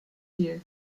here